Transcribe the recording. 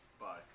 Bye